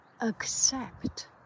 accept